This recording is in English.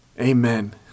Amen